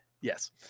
Yes